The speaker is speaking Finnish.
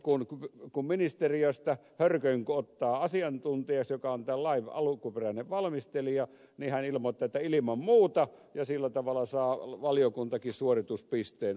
kun ministeriöstä hörkön ottaa asiantuntijaksi joka on tämän lain alkuperäinen valmistelija niin hän ilmoittaa että ilman muuta ja sillä tavalla saa valiokuntakin suorituspisteen aikaiseksi